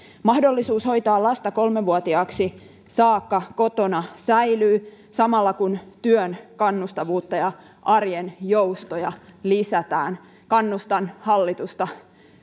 mahdollisuus hoitaa lasta kolme vuotiaaksi saakka kotona säilyy samalla kun työn kannustavuutta ja arjen joustoja lisätään kannustan hallitusta